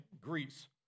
Greece